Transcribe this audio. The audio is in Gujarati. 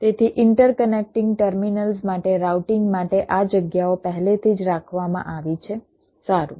તેથી ઇન્ટરકનેક્ટિંગ ટર્મિનલ્સ માટે રાઉટિંગ માટે આ જગ્યાઓ પહેલેથી જ રાખવામાં આવી છે સારું